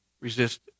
resist